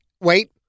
wait